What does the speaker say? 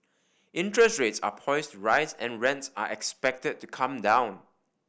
interest rates are poised to rise and rents are expected to come down